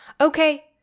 Okay